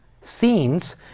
scenes